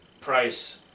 price